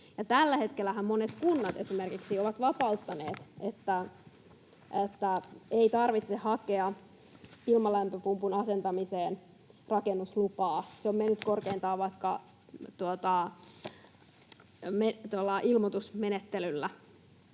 tällä hetkellähän monet kunnat esimerkiksi ovat vapauttaneet, niin että ei tarvitse hakea ilmalämpöpumpun asentamiseen rakennuslupaa. Se on mennyt korkeintaan vaikka ilmoitusmenettelyllä.